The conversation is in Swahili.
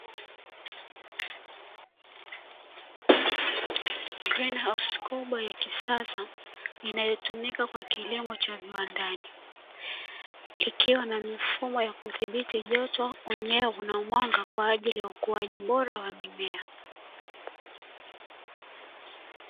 Nyumba ya kijani kubwa ya kisasa, inayotumika kwa kilimo cha viwandani. Ikiwa na mifumo ya kudhibiti joto, unyevu na mwanga, kwa ajili ya ukuwaji bora wa mimea.